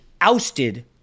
ousted